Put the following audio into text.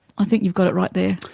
i think you've got it right there.